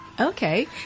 Okay